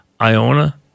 Iona